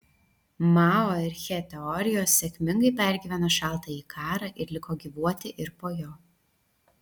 mao ir che teorijos sėkmingai pergyveno šaltąjį karą ir liko gyvuoti ir po jo